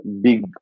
big